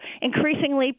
increasingly